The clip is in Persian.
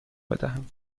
بدهم